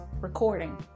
recording